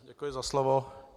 Děkuji za slovo.